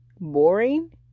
boring